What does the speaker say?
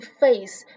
face